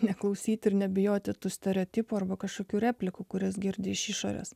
neklausyti ir nebijoti tų stereotipų arba kažkokių replikų kurias girdi iš išorės